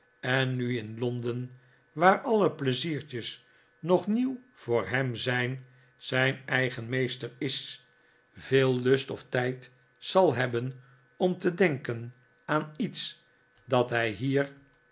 en nu in londen waar alle pleiziertjes nog nieuw voor hem zijn zijn eigen meester is veel lust of tijd zal hebben om te denken aan iets dat hij hier